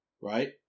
right